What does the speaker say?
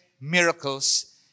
miracles